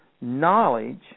Knowledge